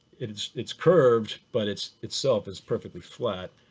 it's it's curved, but it's itself is perfectly flat.